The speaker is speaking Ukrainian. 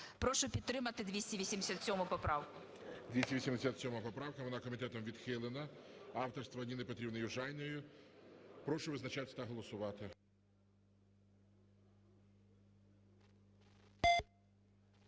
Прошу підтримати 287 поправку. ГОЛОВУЮЧИЙ. 287 поправка. Вона комітетом відхилена, авторства Ніни Петрівни Южаніної. Прошу визначатись та голосувати.